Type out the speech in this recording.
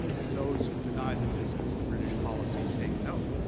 those who deny that this is the british policy, take note.